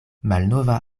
malnova